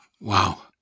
Wow